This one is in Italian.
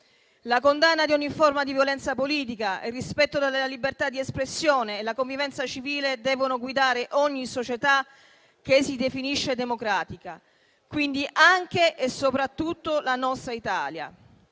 La condanna di ogni forma di violenza politica, il rispetto della libertà di espressione e la convivenza civile devono guidare ogni società che si definisce democratica, quindi anche e soprattutto la nostra Italia.